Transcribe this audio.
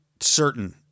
certain